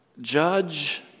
judge